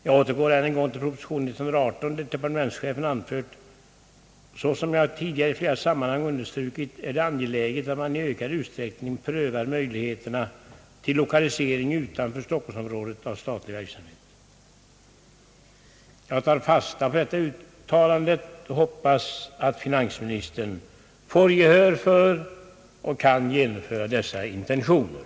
Jag återgår än en gång till proposition nr 118, där departementschefen anför: »Såsom jag tidigare i flera sammanhang understrukit är det angeläget att man i ökad utsträckning prövar möjligheterna till lokalisering utanför stockholmsområdet av statlig verksamhet.» Jag tar fasta på detta uttalande och hoppas att finansminstern får gehör för och kan genomföra dessa intentioner.